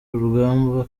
urugamba